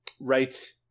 Right